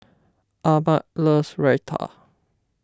Ahmed loves Raita